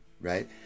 right